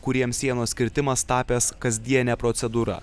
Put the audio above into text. kuriems sienos kirtimas tapęs kasdiene procedūra